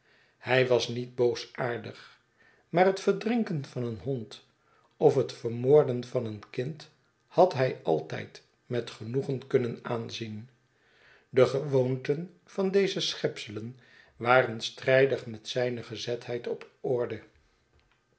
hij was niet boosaardig maar het verdrinken van een hond of het vermoorden van een kind had hij altijd met genoegen kunnen aanzien de gewoonten van deze schepselen waren strijdig met zijne gezetheid op orde